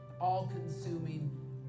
all-consuming